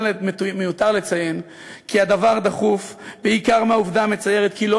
מיותר לציין כי הדבר דחוף בעיקר לנוכח העובדה המצערת כי לא